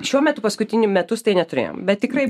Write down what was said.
šiuo metu paskutiniu metu tai neturėjom bet tikrai